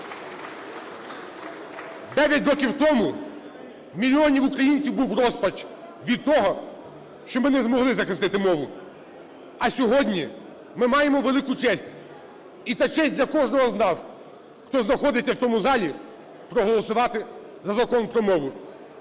Дев'ять років тому в мільйонів українців був розпач від того, що ми не змогли захистити мову. А сьогодні ми маємо велику честь. І це честь для кожного з нас, хто знаходиться в цьому залі, проголосувати за Закон про мову.